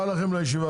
הישיבה ננעלה בשעה